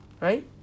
Right